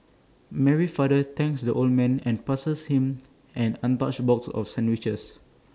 Mary's father thanked the old man and passed him an untouched box of sandwiches